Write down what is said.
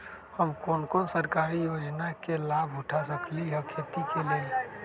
हम कोन कोन सरकारी योजना के लाभ उठा सकली ह खेती के लेल?